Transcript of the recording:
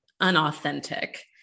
unauthentic